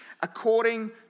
according